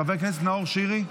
חבר הכנסת נאור שירי,